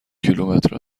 کیلومتر